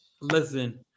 listen